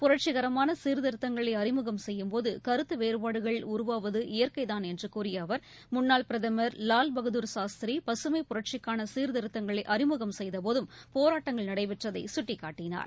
புரட்சிகரமான சீர்திருத்தங்களை அறிமுகம் செய்யும்போது கருத்து வேறபாடுகள் உருவாவது இயற்கைதான் என்று கூறிய அவர் பிரதமர் முன்னாள் பிரதமர் லாவ்பகதுர் சாஸ்திரி பகமைப் புரட்சிக்கான சீர்திருத்தங்களை அறிமுகம் செய்த போதும் போராட்டங்கள் நடைபெற்றதை சுட்டிக்காட்டினார்